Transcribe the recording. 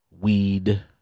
weed